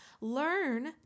Learn